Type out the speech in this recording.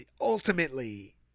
ultimately